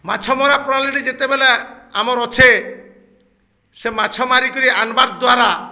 ମାଛ ମରା ପ୍ରଣାଳୀଟି ଯେତେବେଲେ ଆମର୍ ଅଛେ ସେ ମାଛ ମାରିକରି ଆନ୍ବାର୍ ଦ୍ୱାରା